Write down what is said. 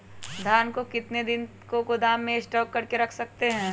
धान को कितने दिन को गोदाम में स्टॉक करके रख सकते हैँ?